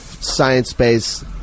Science-based